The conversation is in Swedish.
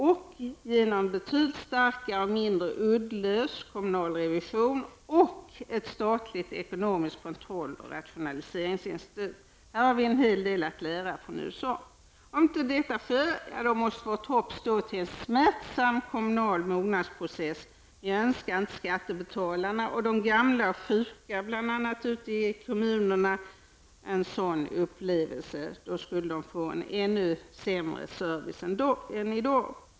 Det måste till en betydligt starkare och mindre uddlös kommunal revision, och för det krävs en statlig ekonomisk kontroll genom ett rationaliseringsinstitut. Här har vi en hel del att lära från USA. Om inte dessa regler följs, då blir det en smärtsam kommunal mognadsprocess. Jag önskar inte skattebetalarna samt gamla och sjuka ute i kommunerna en sådan upplevelse. De skulle få en ännu sämre service än de har i dag.